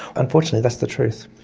unfortunately that's the truth.